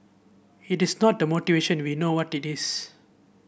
it is not the motivation we know what it is